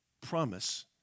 promise